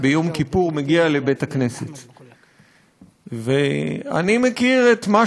מי שמגיע לבית-הכנסת לפחות קורא בהפטרה את הפסוקים מישעיהו נ"ח: